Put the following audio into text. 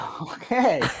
Okay